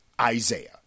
Isaiah